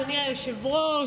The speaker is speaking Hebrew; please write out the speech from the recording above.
אדוני היושב-ראש,